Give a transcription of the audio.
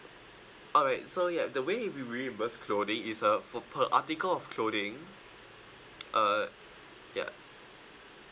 alright so you have the way we will reimburse clothing is a for per article of clothing uh ya